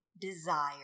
desire